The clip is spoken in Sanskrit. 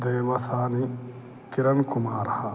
देवसानि किरणकुमारः